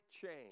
change